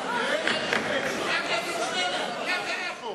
מה קרה פה?